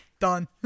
done